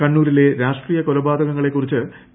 കണ്ണൂരിലെ രാഷ്ട്രീയകൊലപാതകങ്ങളെക്കുറിച്ച് പി